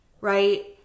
right